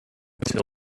till